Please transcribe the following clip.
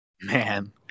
Man